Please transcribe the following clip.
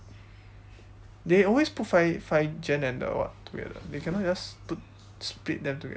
they always put five five gen and the what together they cannot just put split them toget~